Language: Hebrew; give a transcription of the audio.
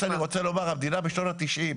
לא, מה שאני רוצה לומר, המדינה בשנות ה-80,